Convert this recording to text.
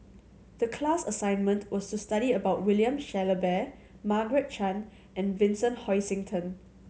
the class assignment was to study about William Shellabear Margaret Chan and Vincent Hoisington